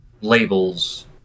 labels